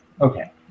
Okay